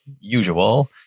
usual